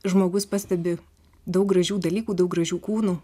žmogus pastebi daug gražių dalykų daug gražių kūnų